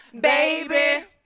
Baby